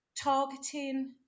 targeting